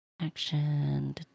Action